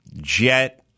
jet